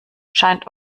scheint